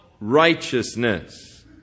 righteousness